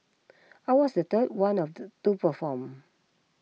I was the third one of the to perform